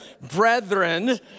brethren